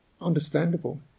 Understandable